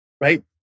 right